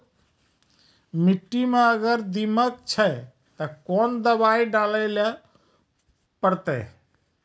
मिट्टी मे अगर दीमक छै ते कोंन दवाई डाले ले परतय?